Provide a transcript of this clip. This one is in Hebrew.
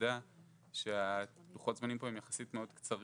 העובדה שלוחות הזמנים פה הם יחסית מאוד קצרים,